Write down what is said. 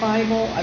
Bible